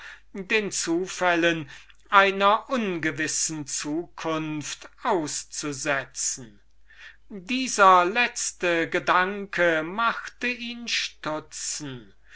den zufällen einer ungewissen zukunft auszusetzen dieser letzte gedanke machte ihn stutzen